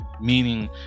meaning